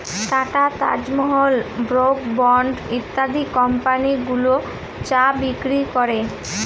tata, Taj Mahal, Brooke Bond ইত্যাদি company গুলো চা বিক্রি করে